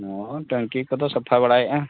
ᱦᱳᱭ ᱴᱟᱹᱝᱠᱤ ᱠᱚᱫᱚ ᱥᱟᱯᱷᱟ ᱵᱟᱲᱟᱭᱮᱫᱟ